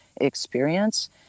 experience